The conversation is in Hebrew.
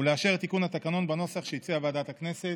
ולאשר את תיקון התקנון בנוסח שהציעה ועדת הכנסת.